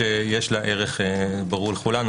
שיש לה ערך משפטית,